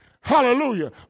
hallelujah